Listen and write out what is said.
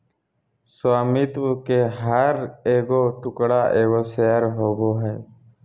स्वामित्व के हर एगो टुकड़ा एगो शेयर होबो हइ